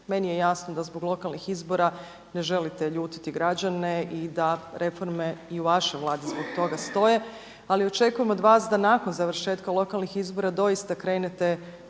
Meni je jasno da zbog lokalnih izbora ne želite ljutiti građane i da reforme i u vašoj Vladi zbog toga stoje, ali očekujem od vas da nakon završetka lokalnih izbora doista krenete